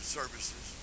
services